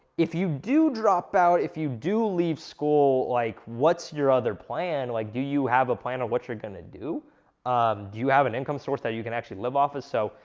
if you do drop out, if you do leave school like, what's your other plan? like, do you have a plan on what you're gonna do? um do you have an income source that you can actually live off of? so,